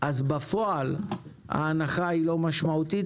אז בפועל ההנחה היא לא משמעותית,